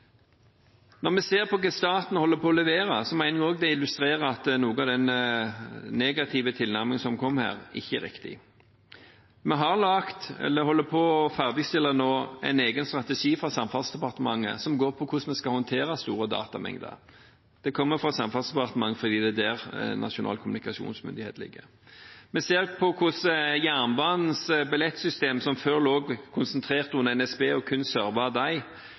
Når vi ser på hva staten holder på med å levere, mener vi også det illustrerer at noe av den negative tilnærmingen som kom her, ikke er riktig. Vi holder nå på å ferdigstille en egen strategi fra Samferdselsdepartementet, som går på hvordan vi skal håndtere store datamengder. Det kommer fra Samferdselsdepartementet fordi det er der Nasjonal kommunikasjonsmyndighet ligger. Vi ser på hvordan jernbanens billettsystem, som før lå konsentrert under NSB og kun